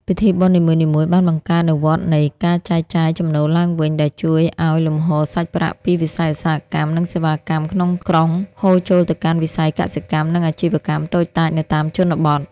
ពិធីបុណ្យនីមួយៗបានបង្កើតនូវវដ្តនៃ "ការចែកចាយចំណូលឡើងវិញ" ដែលជួយឱ្យលំហូរសាច់ប្រាក់ពីវិស័យឧស្សាហកម្ម និងសេវាកម្មក្នុងក្រុង ហូរចូលទៅកាន់វិស័យកសិកម្ម និងអាជីវកម្មតូចតាចនៅតាមជនបទ។